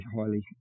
highly